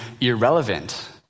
irrelevant